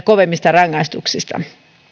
kovemmista rangaistuksista